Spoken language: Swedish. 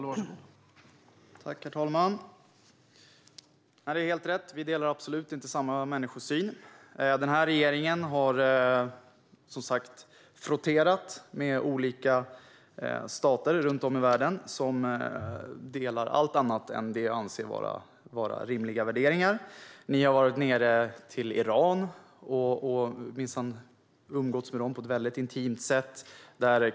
Herr talman! Det är helt rätt; vi delar absolut inte samma människosyn. Den här regeringen har som sagt frotterat sig med olika stater runt om i världen som har allt annat än det jag anser vara rimliga värderingar. Ni har varit nere i Iran, utrikesministern, och minsann umgåtts med dem på ett väldigt intimt sätt.